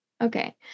Okay